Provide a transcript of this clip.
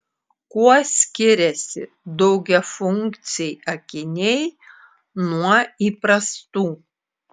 kuo skiriasi daugiafunkciai akiniai nuo įprastų